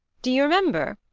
do you remember?